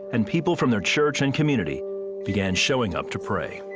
and people from their church and community began showing up to pray.